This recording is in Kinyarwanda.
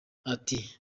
ati